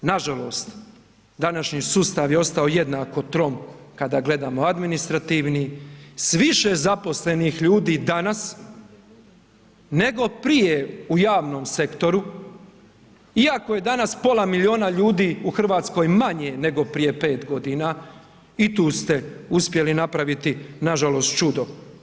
Nažalost, današnji sustav je ostao jednako trom kada gledamo administrativni s više zaposlenih ljudi danas, nego prije u javnom sektoru iako je danas pola milijuna ljudi u Hrvatskoj manje nego prije 5 godina, i tu ste uspjeli napraviti, nažalost, čudo.